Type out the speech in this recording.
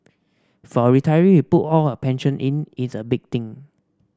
for a retiree who put all her pension in it's a big thing